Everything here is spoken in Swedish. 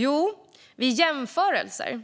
Jo, vid jämförelser